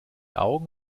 augen